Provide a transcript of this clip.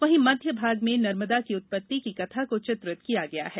वहीं मध्य भाग में नर्मदा की उत्पत्ति की कथा को चित्रित किया गया है